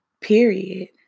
Period